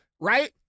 Right